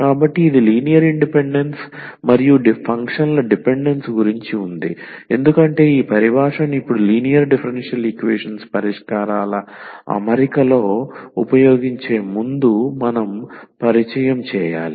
కాబట్టి ఇది linear independence మరియు ఫంక్షన్ల డిపెండెన్స్ గురించి ఉంది ఎందుకంటే ఈ పరిభాషను ఇప్పుడు లీనియర్ డిఫరెన్షియల్ ఈక్వేషన్స్ పరిష్కారాల అమరికలో ఉపయోగించే ముందు మనం పరిచయం చేయాలి